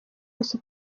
yose